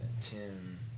Tim